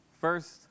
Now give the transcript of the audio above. First